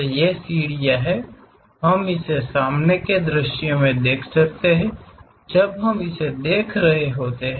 तो ये सीढ़ियाँ हम इसे सामने के दृश्य में देख सकते हैं जब हम इसे देख रहे होते हैं